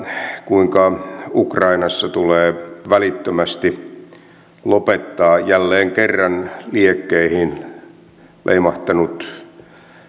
kuinka ukrainassa tulee välittömästi lopettaa jälleen kerran liekkeihin leimahtanut